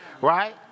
right